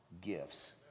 gifts